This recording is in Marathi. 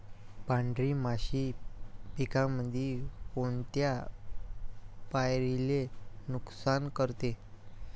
पांढरी माशी पिकामंदी कोनत्या पायरीले नुकसान करते?